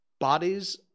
Bodies